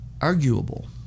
arguable